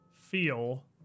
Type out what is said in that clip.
feel